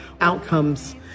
outcomes